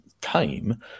time